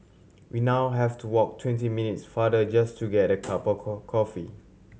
we now have to walk twenty minutes farther just to get a cup of coffee